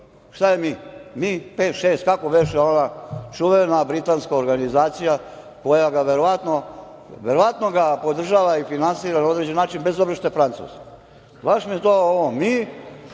šta je Mi? MI5, MI6, kako beše, ona čuvena britanska organizacija koja ga verovatno podržava i finansira na određeni način, bez obzira što je Francuz. Baš mi je to, MI,